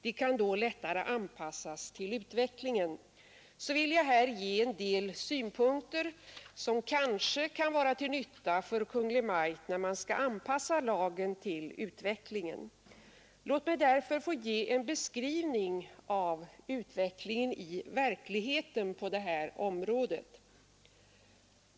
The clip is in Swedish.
De kan då lättare anpassas till utvecklingen.” Därför vill jag här anföra en del synpunkter som kanske kan vara till nytta för Kungl. Maj:t när man skall anpassa lagen till utvecklingen. Låt mig få ge en beskrivning av ”utvecklingen i verkligheten” på det här området.